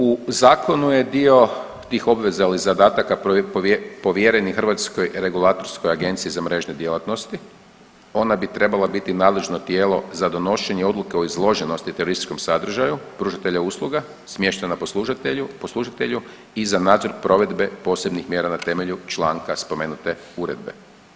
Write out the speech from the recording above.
U zakonu je dio tih obveza ili zadataka povjeren i Hrvatskoj regulacijskoj agenciji za mrežne djelatnosti ona bi trebala biti nadležno tijelo za donošenje odluke o izloženosti terorističkom sadržaju pružatelja usluga smještenom na poslužitelju i za nadzor provedbe posebnih mjera na temelju članka spomenute uredbe.